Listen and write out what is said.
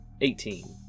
Eighteen